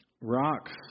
Rocks